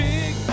Big